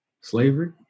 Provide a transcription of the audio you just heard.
slavery